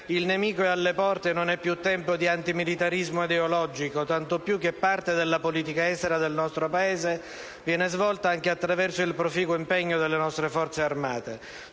Il nemico è alle porte e non è più tempo di antimilitarismo ideologico, tanto più che parte della politica estera del nostro Paese viene svolta anche attraverso il proficuo impegno delle Forze armate.